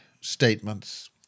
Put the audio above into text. statements